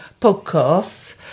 podcasts